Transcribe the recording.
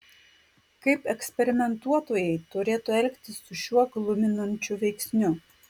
kaip eksperimentuotojai turėtų elgtis su šiuo gluminančiu veiksniu